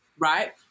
right